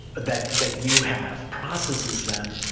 that that you have, processes them,